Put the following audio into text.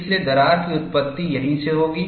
इसलिए दरार की उत्पत्ति यहीं से होगी